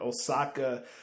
Osaka